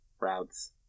routes